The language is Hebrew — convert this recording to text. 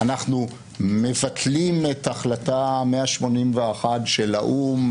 אנחנו מבטלים את החלטה 181 של האו"ם,